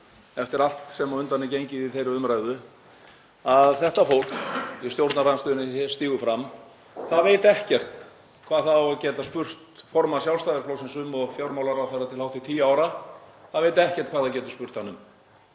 eftir allt sem á undan er gengið í þeirri umræðu að þetta fólk í stjórnarandstöðunni sem stígur hér fram veit ekkert hvað það á að geta spurt formann Sjálfstæðisflokksins um og fjármálaráðherra til hátt í tíu ára. Það veit ekkert hvað það getur spurt hann um.